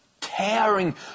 towering